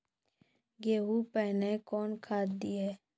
गेहूँ पहने कौन खाद दिए?